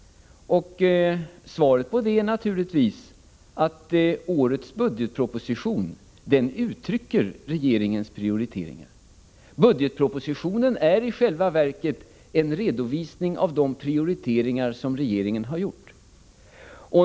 Svaret på den frågan är naturligtvis att årets budgetproposition är ett uttryck för regeringens prioriteringar. Budgetpropositionen är i själva verket en redovisning av de prioriteringar som regeringen har gjort.